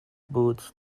bots